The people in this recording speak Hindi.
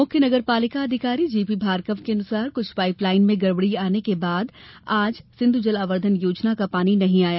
मुख्य नगरपालिका अधिकारी जीपी भार्गव के अनुसार कुछ पाइपलाइन में गड़बड़ी आने के कारण आज सिंधु जल आवर्धन योजना का पानी नहीं आ पाया